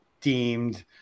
deemed